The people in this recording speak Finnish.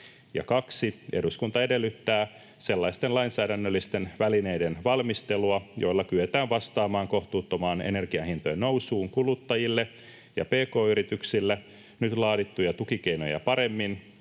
”2. Eduskunta edellyttää sellaisten lainsäädännöllisten välineiden valmistelua, joilla kyetään vastaamaan kohtuuttomaan energian hintojen nousuun kuluttajille ja pk-yrityksille nyt laadittuja tukikeinoja paremmin